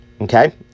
Okay